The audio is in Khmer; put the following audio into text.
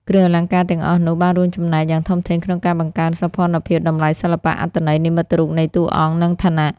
គ្រឿងអលង្ការទាំងអស់នោះបានរួមចំណែកយ៉ាងធំធេងក្នុងការបង្កើនសោភ័ណភាព តម្លៃសិល្បៈ អត្ថន័យនិមិត្តរូបនៃតួអង្គ និងឋានៈ។